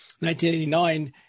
1989